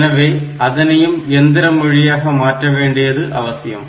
எனவே அதனையும் எந்திர மொழியாக மாற்ற வேண்டியது அவசியம்